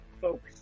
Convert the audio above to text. folks